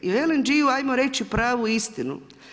I o LNG-u ajmo reći pravu istinu.